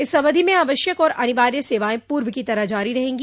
इस अवधि में आवश्यक और अनिवार्य सेवाएं पूर्व की तरह जारी रहेंगी